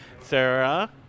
Sarah